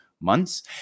months